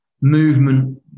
movement